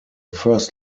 first